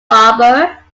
barber